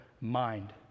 mind